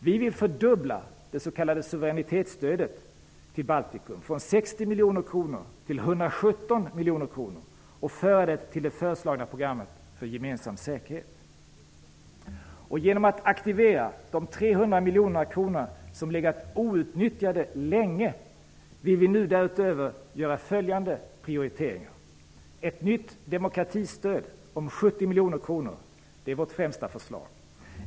Vi vill fördubbla det s.k. suveränitetsstödet till Baltikum, från 60 miljoner kronor till 117 miljoner kronor, och föra det till det föreslagna programmet för gemensam säkerhet. Genom att aktivera de 300 miljoner kronorna som legat outnyttjade länge vill vi nu därutöver göra följande prioriteringar: Det är vårt främsta förslag.